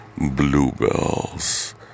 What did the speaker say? Bluebells